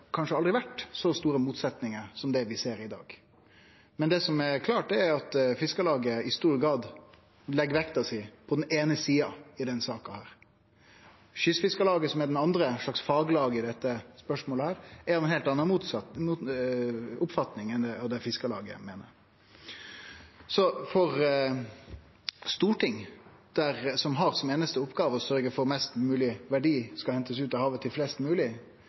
klart, er at Fiskarlaget i stor grad legg vekt på berre den eine sida i denne saka. Kystfiskarlaget, som er den andre slags faglaget i dette spørsmålet, er av ei heilt anna oppfatning enn Fiskarlaget. Så for Stortinget, som har som einaste oppgåve å sørgje for at størst mogleg verdi skal hentast ut av havet til flest